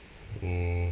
mm